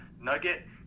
nugget